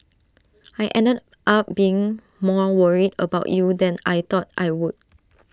I ended up being more worried about you than I thought I would